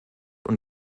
und